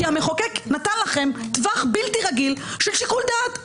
המחוקק נתן לכם טווח בלתי רגיל של שיקול דעת.